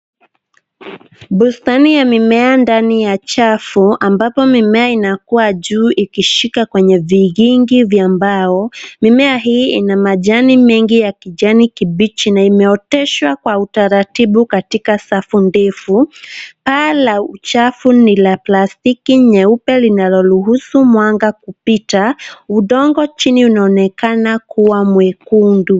Bustani ya mimea ndani ya chafu ambapo mimea inakuwa juu ikishika kwenye vigingi vya mbao. Mimea hii ina majani mengi ya kijani kibichi na imeoteshwa kwa utaratibu katika safu ndefu. Paa la chafu ni la plastiki nyeupe linaloruhusu mwanga kupita. Udongo chini unaonekana kuwa mwekundu.